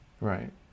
Right